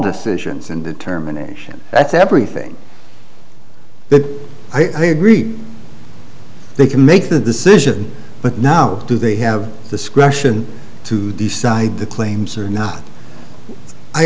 decisions and determination that's everything but i agree they can make the decision but now do they have discretion to decide the claims